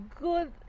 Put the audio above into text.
good